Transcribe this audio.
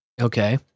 Okay